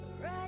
Right